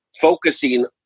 focusing